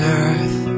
earth